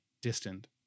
distant